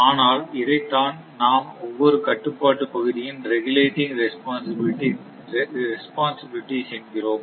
ஆனால் இதைத்தான் நாம் ஒவ்வொரு கட்டுப்பாட்டு பகுதியின் ரெகிலெடிங் ரெஸ்பான்சிபிலிட்டிஸ் என்கிறோம்